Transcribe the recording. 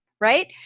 right